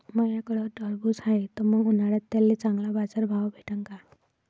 माह्याकडं टरबूज हाये त मंग उन्हाळ्यात त्याले चांगला बाजार भाव भेटन का?